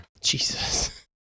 Jesus